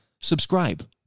subscribe